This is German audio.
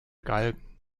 galgen